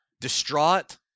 distraught